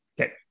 Okay